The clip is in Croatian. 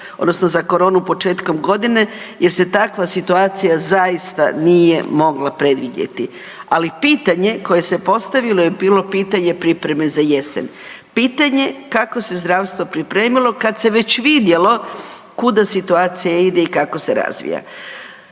odnosno za koronu početkom godine jer se takva situacija zaista nije mogla predvidjeti, ali pitanje koje se postavilo je bilo pitanje pripreme za jesen. Pitanje kako se zdravstvo pripremilo kad se već vidjelo kuda situacija ide i kako se razvija.